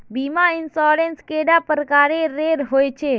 बीमा इंश्योरेंस कैडा प्रकारेर रेर होचे